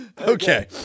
Okay